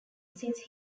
since